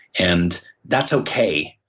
and that's okay